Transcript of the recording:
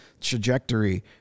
trajectory